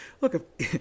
Look